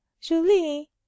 Julie